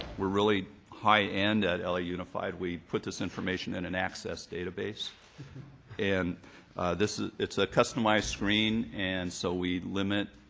we're really high end at la unified. we put this information in an access database and this it's a customized screen and so we limit,